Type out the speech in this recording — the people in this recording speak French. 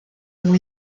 ont